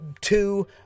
two